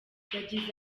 yagize